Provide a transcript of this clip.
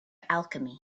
alchemy